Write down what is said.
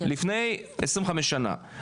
לפני 25 שנה,